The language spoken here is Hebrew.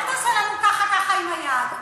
אל תעשה לנו ככה ככה עם היד.